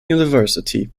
university